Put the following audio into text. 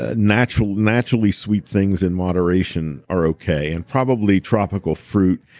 ah naturally naturally sweet things in moderation are okay. and probably tropical fruit,